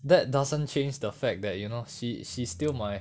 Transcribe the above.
that doesn't change the fact that you know she she's still my